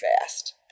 fast